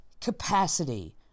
capacity